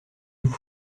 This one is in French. vous